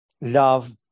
love